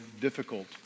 difficult